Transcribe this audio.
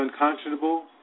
unconscionable